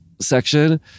section